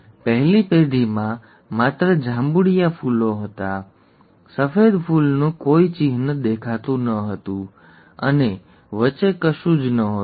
પહેલી પેઢીમાં માત્ર જાંબુડિયાં ફૂલો હતાં સફેદ ફૂલનું કોઈ ચિહ્ન દેખાતું જ નહોતું અને વચ્ચે કશું જ નહોતું